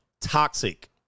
toxic